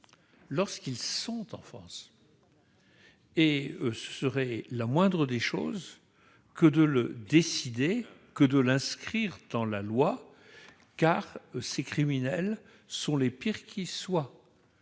lorsqu'ils se trouvent en France. Ce serait la moindre des choses que d'en décider ainsi et de l'inscrire dans la loi, car ces criminels sont les pires qui soient.